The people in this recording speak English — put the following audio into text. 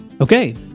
Okay